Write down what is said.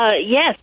Yes